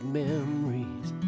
memories